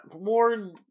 more